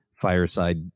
fireside